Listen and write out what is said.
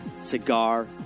Cigar